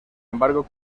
embargo